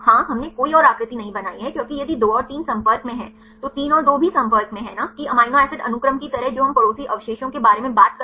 हाँ हमने कोई और आकृति नहीं बनाई है क्योंकि यदि 2 और 3 संपर्क में हैं तो 3 और 2 भी संपर्क में हैं न कि अमीनो एसिड अनुक्रम की तरह जो हम पड़ोसी अवशेषों के बारे में बात करते हैं